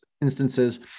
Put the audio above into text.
instances